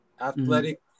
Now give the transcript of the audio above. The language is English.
athletic